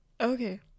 Okay